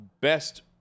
best